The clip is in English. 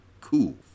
Cool